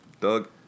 Doug